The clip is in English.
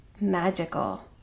magical